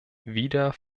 wieder